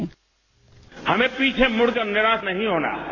bite हमें पीछे मुड़कर निराश नहीं होना है